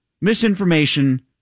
misinformation